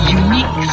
unique